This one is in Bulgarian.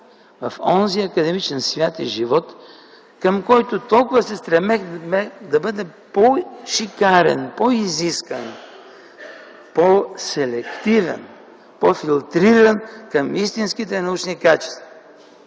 в онзи академичен свят и живот, към който толкова се стремяхме да бъде по-шикарен, по-изискан, по-селективен, по-филтриран към истинските научни качества.